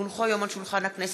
כי הונחו היום על שולחן הכנסת,